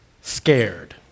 scared